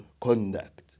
conduct